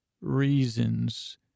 reasons